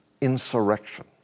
insurrection